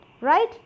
right